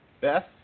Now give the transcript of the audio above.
Beth